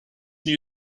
new